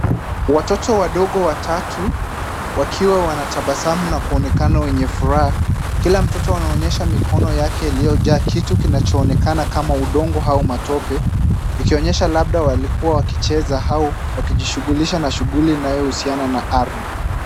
Watoto wadogo watatu wakiwa wanatabasamu na kuonekana wenye furaha. Kila mtoto anaonyesha mikono yake iliyojaa kitu kinachoonekana kama udongo au matope ikionyesha labda walikuwa wakicheza au wakijishughulisha na shughuli inayohusiana na ardhi.